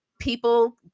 people